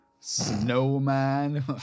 snowman